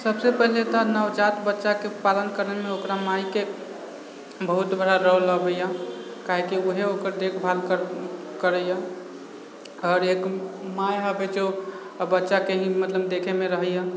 सभसँ पहले तऽ नवजात बच्चाके पालन करैमे ओकरा मायके बहुत बड़ा रोल आबैए काहेकि ओहे ओकर देखभाल करैए आओर एक माय हबे जो बच्चाके हि मतलब देखैमे रहैए